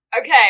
Okay